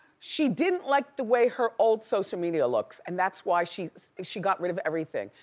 she didn't like the way her old social media looks and that's why she she got rid of everything.